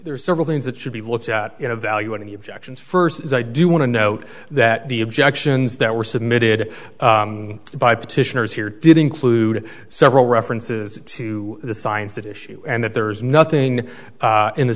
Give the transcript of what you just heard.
there are several things that should be looked at you know value any objections first is i do want to note that the objections that were submitted by petitioners here did include several references to the science at issue and that there is nothing in the